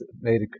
made